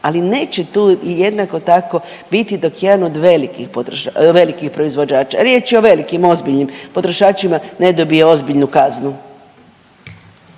Ali neće tu jednako tako biti dok jedan od velikih proizvođača, riječ je o velikim ozbiljnim potrošačima ne dobije ozbiljnu kaznu.